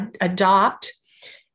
adopt